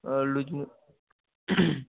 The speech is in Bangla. লুজ